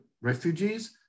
refugees